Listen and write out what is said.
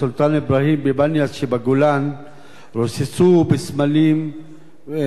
בבניאס שבגולן רוססו ב"סמלים יהודיים",